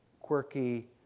quirky